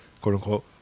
quote-unquote